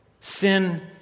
Sin